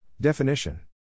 Definition